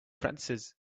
francis